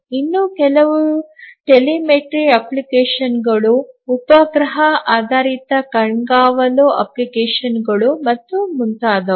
ಇನ್ನೂ ಕೆಲವು ಟೆಲಿಮೆಟ್ರಿ ಅಪ್ಲಿಕೇಶನ್ಗಳು ಉಪಗ್ರಹ ಆಧಾರಿತ ಕಣ್ಗಾವಲು ಅಪ್ಲಿಕೇಶನ್ಗಳು ಮತ್ತು ಮುಂತಾದವು